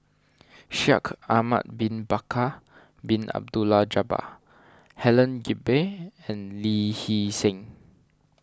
Shaikh Ahmad Bin Bakar Bin Abdullah Jabbar Helen Gilbey and Lee Hee Seng